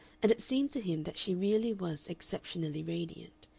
and it seemed to him that she really was exceptionally radiant.